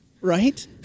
Right